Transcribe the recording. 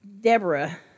Deborah